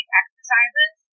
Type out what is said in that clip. exercises